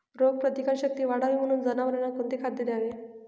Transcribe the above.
रोगप्रतिकारक शक्ती वाढावी म्हणून जनावरांना कोणते खाद्य द्यावे?